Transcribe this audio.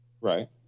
Right